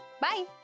Bye